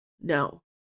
no